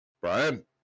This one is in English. Brian